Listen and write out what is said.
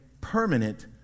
permanent